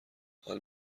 حال